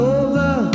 over